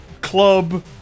club